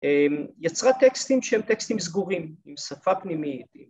‫יצרה טקסטים שהם טקסטים סגורים, ‫עם שפה פנימית.